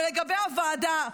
ולגבי הוועדה.